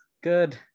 good